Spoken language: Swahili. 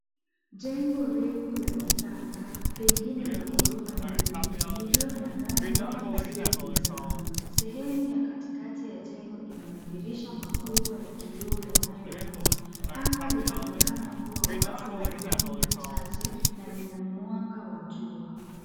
Jengo refu la kisasa pengine la ghorofa nyingi likiwa na rangi za kijivu na njano. Sehemu ya katikati ya jengo ina madirisha makubwa ya kioo yanayong'aa. Anga linaonekana kuwa wazi na mawingu machache na lina mwanga wa jua.